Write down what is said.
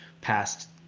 past